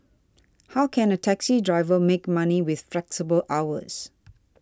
how can a taxi driver make money with flexible hours